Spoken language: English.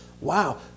wow